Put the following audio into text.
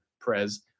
Prez